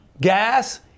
gas